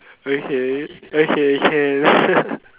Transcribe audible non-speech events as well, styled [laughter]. okay okay can [laughs]